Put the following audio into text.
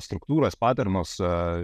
struktūras paternus